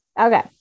Okay